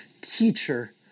Teacher